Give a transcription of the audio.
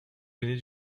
venez